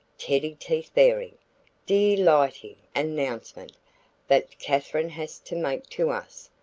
teddy-teeth-baring, dee-light-ing announcement that katherine has to make to us,